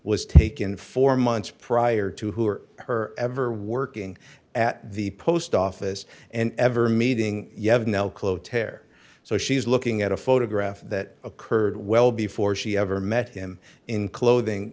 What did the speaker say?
was taken four months prior to her her ever working at the post office and ever meeting you have now closed tear so she's looking at a photograph that occurred well before she ever met him in clothing